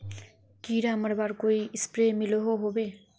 कीड़ा मरवार कोई स्प्रे मिलोहो होबे?